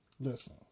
Listen